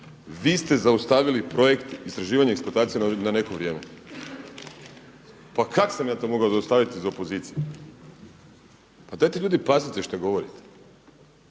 „Vi ste zaustavili projekt istraživanje i eksploatacija na neko vrijeme.“ Pa kak' sam ja to mogao zaustaviti iz opozicije? Pa dajte ljudi pazite šta govorite.